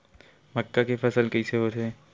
मक्का के फसल कइसे होथे?